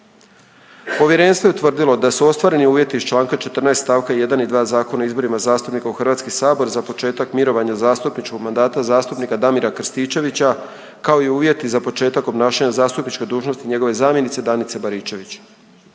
Povjerenstvo je utvrdilo da su ostvareni uvjeti iz čl. 9 st. 1 i 3 Zakona o izborima zastupnika u Hrvatski sabor za početak mirovanja zastupničkog mandata zastupnika Ivana Šipića kao i uvjeti za početak obnašanja zastupničke dužnosti zamjenika zastupnika